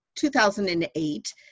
2008